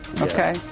okay